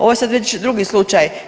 Ovo je sad već drugi slučaj.